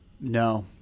No